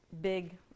big